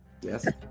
Yes